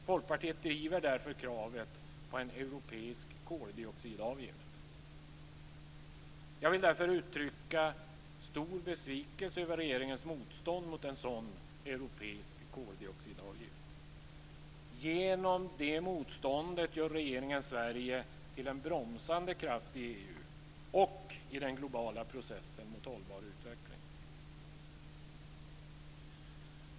Folkpartiet driver därför kravet på en europeisk koldioxidavgift. Jag vill därför uttrycka stor besvikelse över regeringens motstånd mot en sådan europeisk koldioxidavgift. Genom det motståndet gör regeringen Sverige till en bromsande kraft i EU och i den globala processen mot hållbar utveckling.